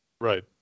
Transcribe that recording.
right